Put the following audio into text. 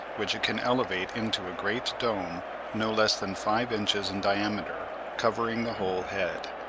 which it can elevate into a great dome no less than five inches in diameter, covering the whole head.